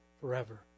forever